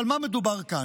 אבל על מה מדובר כאן?